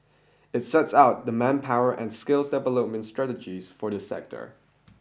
it sets out the manpower and skills development strategies for the sector